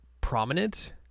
prominent